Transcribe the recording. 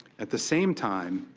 at the same time,